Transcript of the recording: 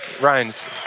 Ryan's